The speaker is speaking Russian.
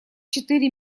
четыре